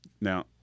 Now